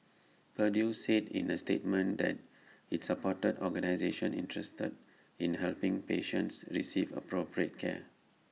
purdue said in A statement that IT supported organisations interested in helping patients receive appropriate care